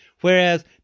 Whereas